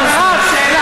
לא, לא, לא